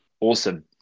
Awesome